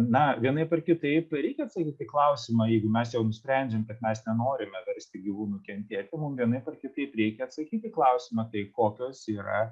na vienaip ar kitaip reikia atsakyti į klausimą jeigu mes jau nusprendžiam kad mes nenorime versti gyvūnų kentėti mums vienaip ar kitaip reikia atsakyti į klausimą tai kokios yra